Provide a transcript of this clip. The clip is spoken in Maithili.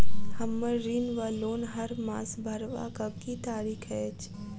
हम्मर ऋण वा लोन हरमास भरवाक की तारीख अछि?